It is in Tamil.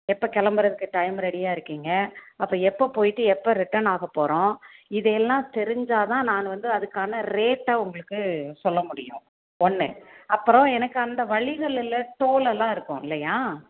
எப்போ கிளம்புறதுக்கு டைம் ரெடியாக இருக்கீங்க அப்போ எப்போ போய்விட்டு எப்போ ரிட்டன் ஆக போகிறோம் இதையெல்லாம் தெரிஞ்சால் தான் நான் வந்து அதுக்கான ரேட்டை உங்களுக்கு சொல்ல முடியும் ஒன்று அப்புறம் எனக்கு அந்த வழிகளில் டோல் எல்லாம் இருக்கும் இல்லையா